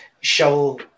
show